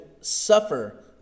suffer